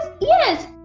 yes